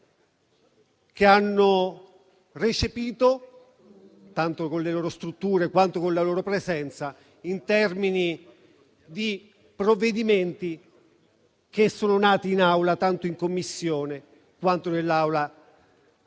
che hanno recepito tanto con le loro strutture, quanto con la loro presenza, in termini di provvedimenti che sono nati tanto in Commissione quanto in quest'Aula.